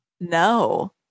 no